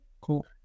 Cool